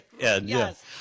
Yes